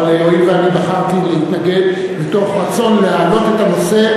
אבל הואיל ואני בחרתי להתנגד מתוך רצון להעלות את הנושא,